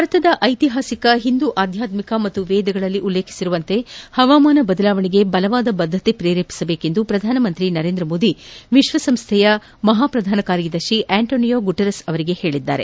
ಭಾರತದ ಐತಿಹಾಸಿಕ ಹಿಂದೂ ಆಧ್ಯಾತ್ಮಿಕ ಹಾಗೂ ವೇದಗಳಲ್ಲಿ ಉಲ್ಲೇಖಿಸಿದಂತೆ ಹವಾಮಾನ ಬದಲಾವಣೆಗೆ ಬಲವಾದ ಬದ್ದತೆ ಪ್ರೇರೇಪಿಸಬೇಕು ಎಂದು ಪ್ರಧಾನಮಂತ್ರಿ ನರೇಂದ್ರ ಮೋದಿ ವಿಶ್ವ ಸಂಸ್ಥೆಯ ಮಹಾಪ್ರಧಾನ ಕಾರ್ಯದರ್ಶಿ ಆಂಟೋನಿಯೊ ಗುಟೆರೆಸ್ ಅವರಿಗೆ ಹೇಳಿದ್ದಾರೆ